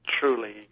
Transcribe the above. truly